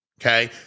okay